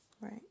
Right